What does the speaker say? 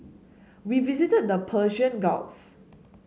we visited the Persian Gulf